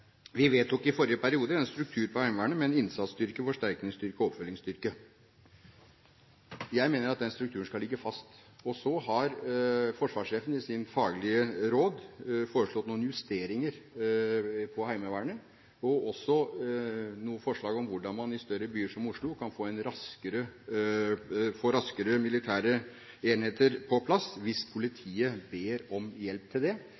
Vi vedtok i forrige periode en struktur på Heimevernet, med en innsatsstyrke, en forsterkningsstyrke og en oppfølgingsstyrke. Jeg mener at den strukturen skal ligge fast. Så har forsvarssjefen i sine faglige råd foreslått noen justeringer for Heimevernet og har også noen forslag om hvordan man i større byer, som Oslo, kan få militære enheter raskere på plass hvis politiet ber om hjelp til det